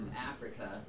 Africa